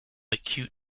acute